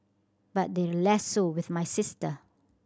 but they're less so with my sister